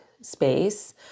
space